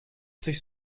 sich